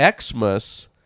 xmas